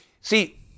See